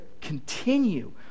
continue